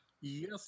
Yes